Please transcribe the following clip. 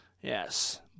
Yes